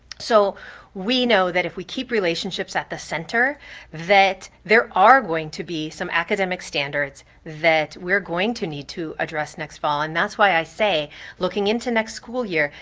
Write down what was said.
so we know that if we keep relationships at the center that there are going to be some academic standards that we're going to need to address next fall, and that's why i say looking into next school year,